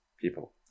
people